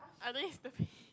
I need to pee